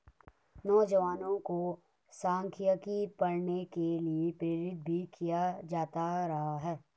नौजवानों को सांख्यिकी पढ़ने के लिये प्रेरित भी किया जाता रहा है